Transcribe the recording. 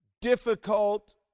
difficult